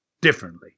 differently